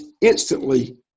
instantly